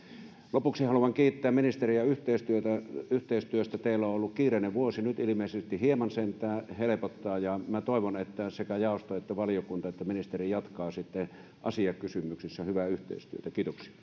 lopuksi haluan kiittää ministeriä yhteistyöstä teillä on ollut kiireinen vuosi nyt ilmeisesti hieman sentään helpottaa ja minä toivon että sekä jaosto että valiokunta että ministeri jatkavat asiakysymyksissä hyvää yhteistyötä kiitoksia